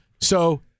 So-